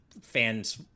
fans